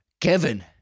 Kevin